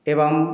एवं